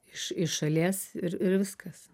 iš iš šalies ir ir viskas